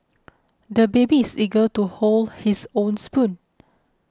the baby is eager to hold his own spoon